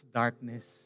darkness